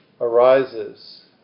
arises